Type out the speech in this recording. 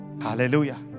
Hallelujah